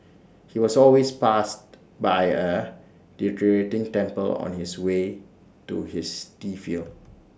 he was always passed by A deteriorating temple on his way to his tea field